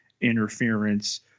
interference